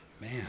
Man